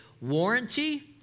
warranty